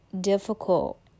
difficult